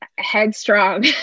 headstrong